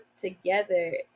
together